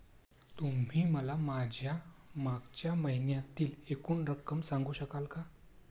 तुम्ही मला माझ्या मागच्या महिन्यातील एकूण रक्कम सांगू शकाल का?